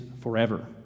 forever